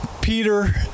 Peter